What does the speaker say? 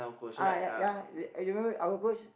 uh ya ya re~ I remember our coach